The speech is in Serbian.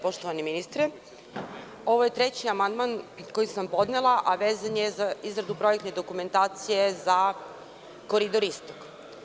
Poštovani ministre, ovo je treći amandman koji sam podnela, a vezan je za izradu projektne dokumentacije za Koridor Istok.